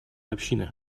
общины